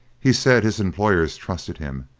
he said his employers trusted him,